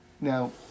Now